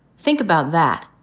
think about that.